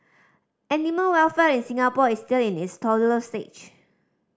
animal welfare in Singapore is still in its toddler stage